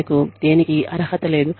మీకు దేనికీ అర్హత లేదు